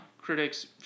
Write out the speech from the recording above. critics